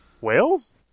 Wales